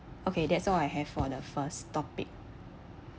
okay that's all I have for the first topic